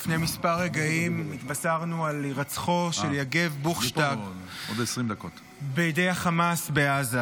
לפני כמה רגעים התבשרנו על הירצחו של יגב בוכשטב בידי החמאס בעזה,